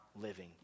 living